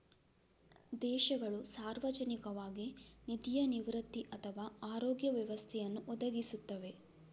ದೇಶಗಳು ಸಾರ್ವಜನಿಕವಾಗಿ ನಿಧಿಯ ನಿವೃತ್ತಿ ಅಥವಾ ಆರೋಗ್ಯ ವ್ಯವಸ್ಥೆಯನ್ನು ಒದಗಿಸುತ್ತವೆ